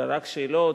אלא רק שאלות,